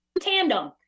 tandem